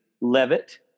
Levitt